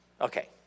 Okay